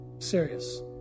serious